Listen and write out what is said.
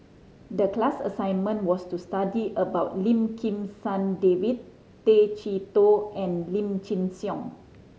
the class assignment was to study about Lim Kim San David Tay Chee Toh and Lim Chin Siong